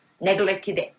neglected